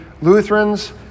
Lutherans